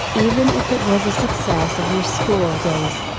even if it was a success of your schooldays.